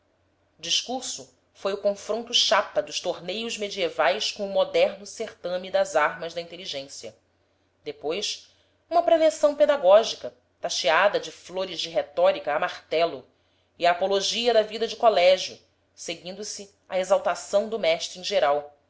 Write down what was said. discurso foi o confronto chapa dos torneios medievais com o moderno certame das armas da inteligência depois uma preleção pedagógica tacheada de flores de retórica a martelo e a apologia da vida de colégio seguindo se a exaltação do mestre em geral